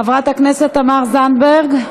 חברת הכנסת תמר זנדברג,